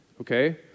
okay